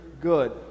good